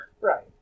Right